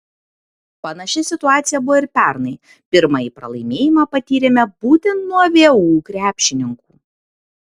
panaši situacija buvo ir pernai pirmąjį pralaimėjimą patyrėme būtent nuo vu krepšininkų